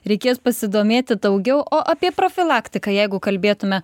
reikės pasidomėti daugiau o apie profilaktiką jeigu kalbėtume